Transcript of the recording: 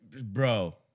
Bro